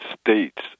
states